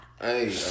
Hey